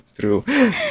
True